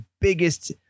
biggest